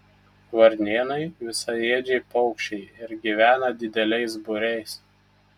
varnėnai visaėdžiai paukščiai ir gyvena dideliais būriais